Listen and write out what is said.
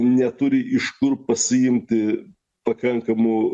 neturi iš kur pasiimti pakankamų